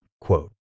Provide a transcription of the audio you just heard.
Quote